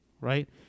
right